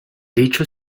dicho